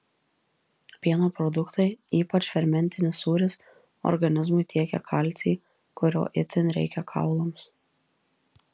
pieno produktai ypač fermentinis sūris organizmui tiekia kalcį kurio itin reikia kaulams